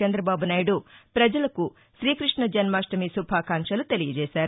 చంద్రబాబు నాయుడు పజలకు శ్రీకృష్ణ జన్మాష్టమి శుభాకాంక్షలు తెలియజేశారు